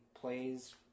plays